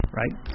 right